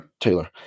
Taylor